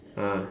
ah